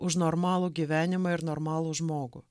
už normalų gyvenimą ir normalų žmogų